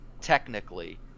technically